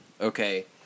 Okay